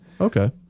Okay